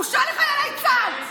בושה לחיילי צה"ל.